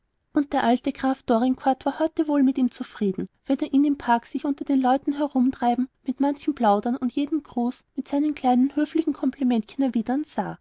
und der alte graf dorincourt war heute wohl mit ihm zufrieden wenn er ihn im park sich unter den leuten umhertreiben mit manchen plaudern und jeden gruß mit seinem kleinen höflichen komplimentchen erwidern sah